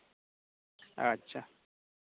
ᱟᱪᱪᱷᱟ